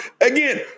again